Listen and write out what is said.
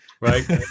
Right